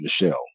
Michelle